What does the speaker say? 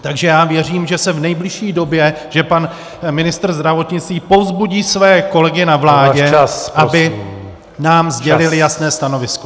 Takže já věřím, že v nejbližší době pan ministr zdravotnictví povzbudí své kolegy na vládě , aby nám sdělili jasné stanovisko.